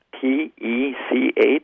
P-E-C-H